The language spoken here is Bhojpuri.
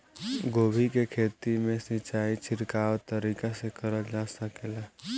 गोभी के खेती में सिचाई छिड़काव तरीका से क़रल जा सकेला?